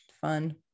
fun